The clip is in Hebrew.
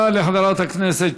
תודה לחברת הכנסת